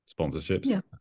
sponsorships